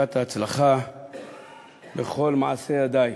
ברכת ההצלחה בכל מעשי ידייך.